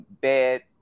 bad